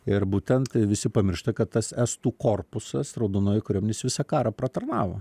ir būtent visi pamiršta kad tas estų korpusas raudonojoj kariuomenėj jis visą karą pratarnavo